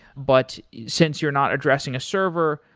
but since you're not addressing a server,